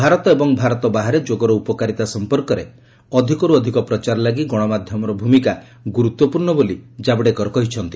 ଭାରତ ଏବଂ ଭାରତ ବାହାରେ ଯୋଗର ଉପକାରିତା ସଂପର୍କରେ ଅଧିକରୁ ଅଧିକ ପ୍ରଚାର ଲାଗି ଗଶମାଧ୍ୟମର ଭୂମିକା ଗୁରୁତ୍ୱପୂର୍ଣ୍ଣ ବୋଲି ଜାବଡ଼େକର କହିଛନ୍ତି